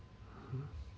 hmm